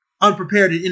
unprepared